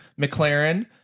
mclaren